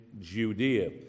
Judea